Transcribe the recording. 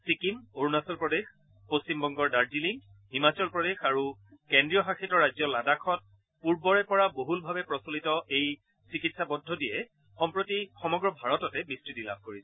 ছিকিম অৰুণাচল প্ৰদেশ পশ্চিমবংগৰ দাৰ্জিলিং হিমাচল প্ৰদেশ আৰু কেন্দ্ৰীয় শাসিত ৰাজ্য লাডাখত পূৰ্বৰে পৰা বহুলভাৱে প্ৰচলিত এই চিকিৎসা পদ্ধতিয়ে সম্প্ৰতি সমগ্ৰ ভাৰততে বিস্তৃতি লাভ কৰিছে